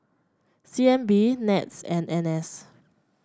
C N B NETS and N S